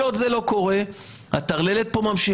כל עוד זה לא קורה הטרללת פה ממשיכה.